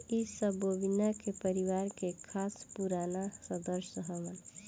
इ सब बोविना के परिवार के खास पुराना सदस्य हवन